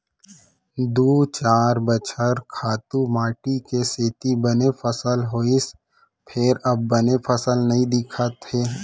दू चार बछर खातू माटी के सेती बने फसल होइस फेर अब बने फसल नइ दिखत हे